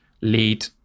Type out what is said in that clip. lead